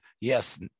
yes